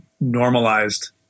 normalized